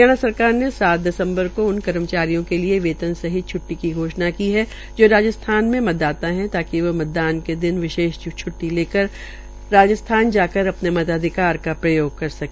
हरियाणा सरकार ने सात दिसम्बर को उन कर्मचारियों के लिये वेतन सहित छुट्टी की घोषणा की है जो राजस्थान में मतदाता है ताकि वे मतदान के दिन विशेष छ्ट्टी लेकर राजस्थान जाकर अने मताधिकार का प्रयोग कर सके